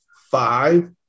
five